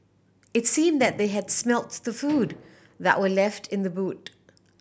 it seemed that they had smelt the food that were left in the boot